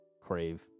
crave